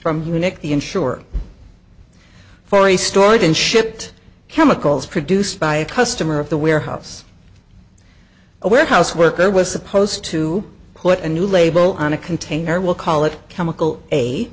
the insurer for a stored in shit chemicals produced by a customer of the warehouse a warehouse worker was supposed to put a new label on a container we'll call it chemical